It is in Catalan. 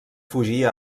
fugir